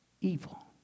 evil